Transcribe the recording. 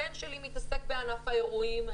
הבן שלי מתעסק בענף האירועים.